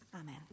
Amen